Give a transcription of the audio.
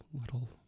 little